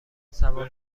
سوار